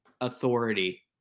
authority